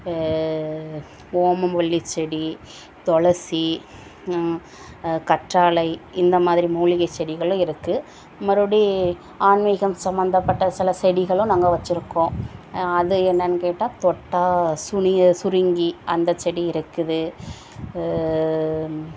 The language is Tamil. ஓமவல்லிச் செடி துளசி கற்றாலை இந்த மாதிரி மூலிகை செடிகளும் இருக்குது மறுபடி ஆன்மீகம் சம்மந்தப்பட்ட சில செடிகளும் நாங்கள் வச்சிருக்கோம் அது என்னென்னு கேட்டால் தொட்டால் சுனிய சுருங்கி அந்த செடி இருக்குது